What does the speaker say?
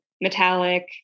metallic